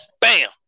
bam